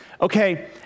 okay